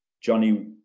Johnny